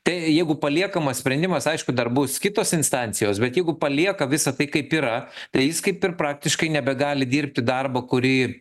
tai jeigu paliekamas sprendimas aišku dar bus kitos instancijos bet jeigu palieka visą tai kaip yra tai jis kaip ir praktiškai nebegali dirbti darbą kurį